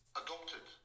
adopted